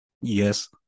Yes